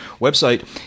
website